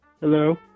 Hello